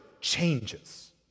changes